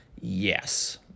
Yes